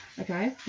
Okay